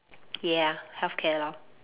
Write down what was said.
ya healthcare lor